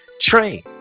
train